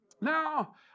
Now